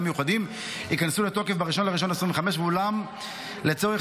מיוחדים ייכנסו לתוקף ב-1 בינואר 2025 ואולם לצורך